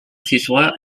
siswa